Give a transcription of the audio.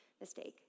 mistake